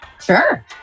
Sure